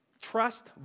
trust